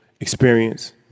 experience